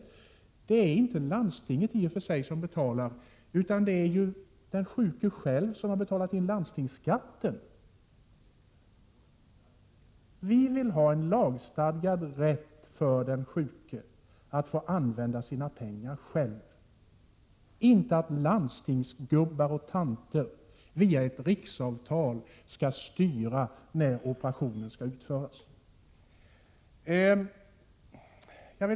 I och för sig är det inte landstinget som betalar, utan det är ju den sjuke själv som har betalat in landstingsskatt. Vi vill ha en lagstadgad rätt för den sjuke att kunna använda sina pengar efter eget skön. Landstingsgubbar och landstingstanter skall inte via ett riksavtal styra när en operation skall utföras.